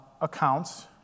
accounts